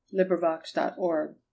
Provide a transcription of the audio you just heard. LibriVox.org